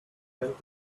tend